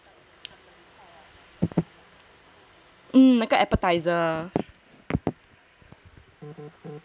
hmm 那个 appetiser